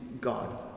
God